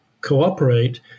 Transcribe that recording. cooperate